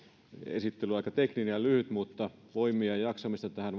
on aika tekninen ja lyhyt mutta voimia ja jaksamista tähän